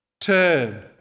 Turn